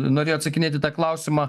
norėjo atsakinėti į tą klausimą